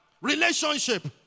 relationship